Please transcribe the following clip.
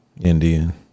Indian